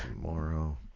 Tomorrow